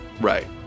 Right